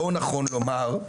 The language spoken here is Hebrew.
לא נכון לומר,